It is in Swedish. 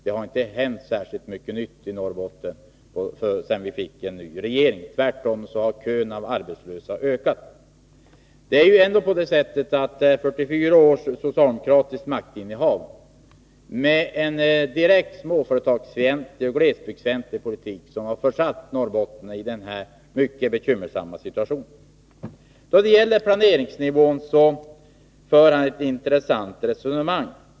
Det har inte hänt särskilt mycket nytt i Norrbotten sedan vi fick en ny regering, utan tvärtom har kön av arbetslösa ökat. Det som försatt Norrbotten i denna mycket bekymmersamma situation är 44 års socialdemokratiskt maktinnehav, då man bedrev en direkt småföretagsfientlig och glesbygdsfientlig politik. Då det gäller planeringsnivån för Gustav Persson ett intressant resonemang.